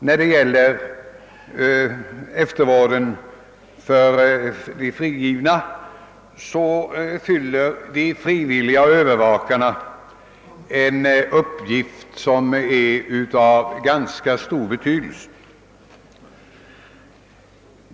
När det gäller eftervården för de frigivna fyller de frivilliga övervakarna en uppgift av stor betydelse.